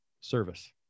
Service